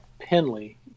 Penley